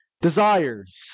desires